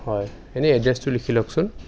হয় এনেই এড্ৰেছটো লিখি লওঁকচোন